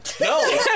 No